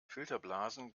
filterblasen